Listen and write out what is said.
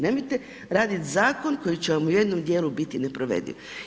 Nemojte raditi zakon koji će vam u jednom dijelu biti neprovediv.